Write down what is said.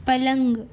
پلنگ